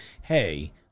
hey